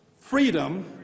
Freedom